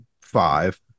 five